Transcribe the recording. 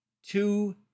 two